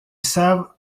savent